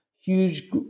huge